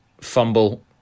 fumble